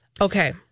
Okay